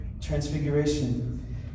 Transfiguration